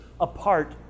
apart